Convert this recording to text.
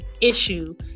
issue